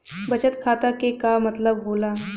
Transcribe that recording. बचत खाता के का मतलब होला?